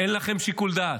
אין לכם שיקול דעת.